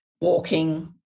walking